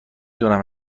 دونم